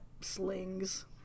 slings